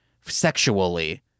sexually